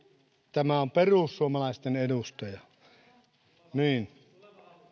tämä on perussuomalaisten edustaja niin